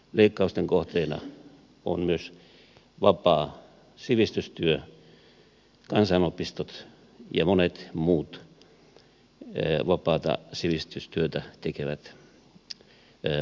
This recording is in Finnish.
leikkausten kohteena on myös vapaa sivistystyö kansanopistot ja monet muut vapaata sivistystyötä tekevät laitokset